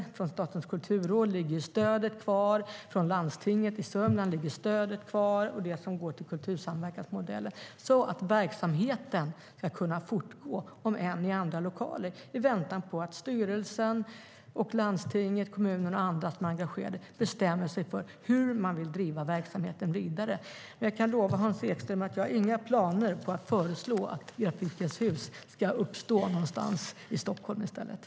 Stödet från Statens kulturråd och från landstinget i Sörmland ligger kvar samt de medel som går till kultursamverkansmodellen så att verksamheten kan fortgå, om än i andra lokaler, i väntan på att styrelsen, landstinget, kommunen och andra engagerade bestämmer sig för hur verksamheten ska drivas vidare. Jag kan lova Hans Ekström att jag inte har några planer på att föreslå att Grafikens Hus ska uppstå någonstans i Stockholm i stället.